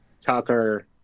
Tucker